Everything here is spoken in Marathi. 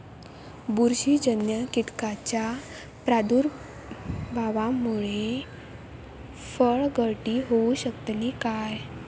बुरशीजन्य कीटकाच्या प्रादुर्भावामूळे फळगळती होऊ शकतली काय?